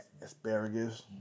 Asparagus